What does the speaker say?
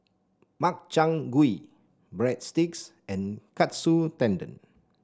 Makchang Gui Breadsticks and Katsu Tendon